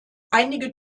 einige